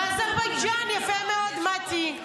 אזרבייג'ן, יפה מאוד, מטי.